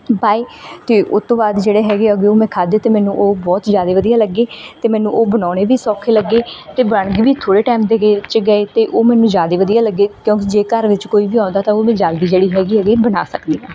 ਪਾਏ ਅਤੇ ਉਹ ਤੋਂ ਬਾਅਦ ਜਿਹੜੇ ਹੈਗੇ ਉਹ ਮੈਂ ਖਾਦੇ ਅਤੇ ਮੈਨੂੰ ਉਹ ਬਹੁਤ ਜ਼ਿਆਦਾ ਵਧੀਆ ਲੱਗੇ ਅਤੇ ਮੈਨੂੰ ਉਹ ਬਣਾਉਣੇ ਵੀ ਸੌਖੇ ਲੱਗੇ ਅਤੇ ਬਣ ਵੀ ਥੋੜ੍ਹੇ ਟਾਈਮ ਦੇ ਗਏ 'ਚ ਗਏ ਅਤੇ ਉਹ ਮੈਨੂੰ ਜ਼ਿਆਦਾ ਵਧੀਆ ਲੱਗੇ ਕਿਉਂਕਿ ਜੇ ਘਰ ਵਿਚ ਕੋਈ ਵੀ ਆਉਂਦਾ ਤਾਂ ਉਹ ਮੈਂ ਜਲਦੀ ਜਿਹੜੇ ਹੈਗੇ ਐਗੇ ਬਣਾ ਸਕਦੀ ਹਾਂ